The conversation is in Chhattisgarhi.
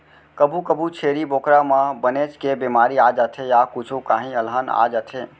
कभू कभू छेरी बोकरा म बनेच के बेमारी आ जाथे य कुछु काही अलहन आ जाथे